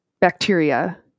bacteria